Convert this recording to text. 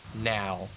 now